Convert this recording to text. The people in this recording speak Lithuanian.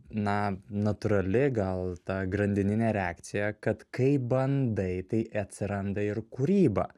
na natūrali gal tą grandininė reakcija kad kaip bandai tai atsiranda ir kūryba